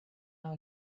hour